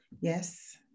Yes